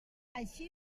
així